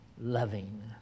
loving